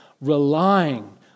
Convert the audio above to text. relying